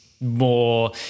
more